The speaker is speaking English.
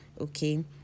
Okay